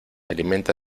alimenta